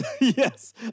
Yes